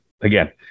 again